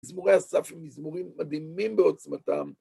מזמורי הסף הם מזמורים מדהימים בעוצמתם.